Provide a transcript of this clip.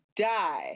die